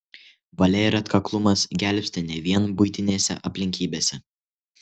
valia ir atkaklumas gelbsti ne vien buitinėse aplinkybėse